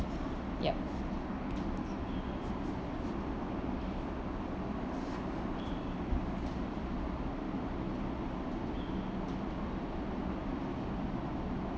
ya